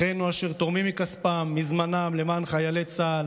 אחינו אשר תורמים מכספם, מזמנם, למען חיילי צה"ל.